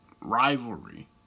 rivalry